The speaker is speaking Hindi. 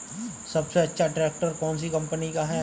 सबसे अच्छा ट्रैक्टर कौन सी कम्पनी का है?